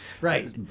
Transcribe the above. Right